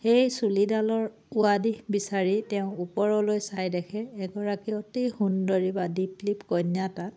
সেই চুলিডালৰ উৱাদিহ বিচাৰি তেওঁ ওপৰলৈ চাই দেখে এগৰাকী অতি সুন্দৰী বা দীপলীপ কন্যা তাত